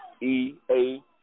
EA